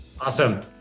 Awesome